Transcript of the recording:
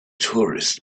tourists